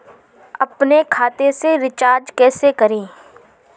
अपने खाते से रिचार्ज कैसे करें?